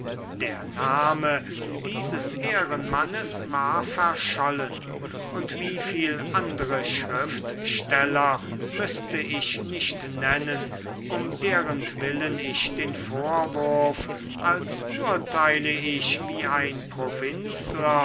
der name dieses ehrenmannes war verschollen und wie viel andere schriftsteller müßte ich nicht nennen um derentwillen ich den vorwurf als urteile ich wie ein